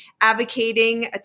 advocating